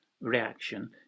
reaction